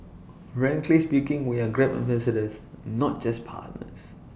frankly speaking we are grab ambassadors not just partners